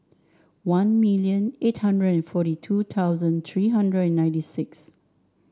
one million eight hundred and forty two thousand three hundred and ninety six